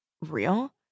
real